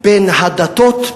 בין הדתות,